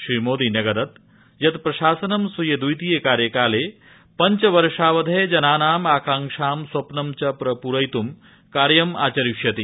श्रीमोदी न्यगदत् यत् प्रशासनं स्वीय द्वितीय कार्यकाले पञ्चवर्षांवधये जनानाम् आकांक्षा स्वप्नं च प्रपूरयित्रम् कार्यमाचरिष्यति